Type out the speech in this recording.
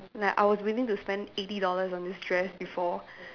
like I was willing to spend eighty dollars on this dress before